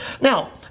Now